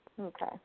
Okay